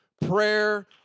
prayer